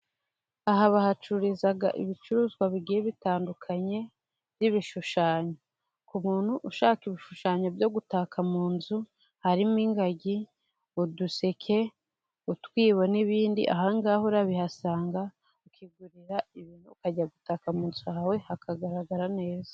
Aha bahacururiza ibicuruzwa bigiye bitandukanye , n'ibishushanyo ku muntu ushaka ibishushanyo byo gutaka mu nzu, harimo ingagi ,uduseke , utwibo n'ibindi aha ngaha ura bihasanga, ukigurira ibintu ukajya gutaka mu nzu hawe hakagaragara neza.